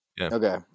Okay